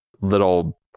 Little